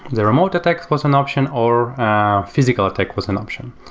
the remote attack was an option or physical attack was an option.